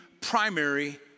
primary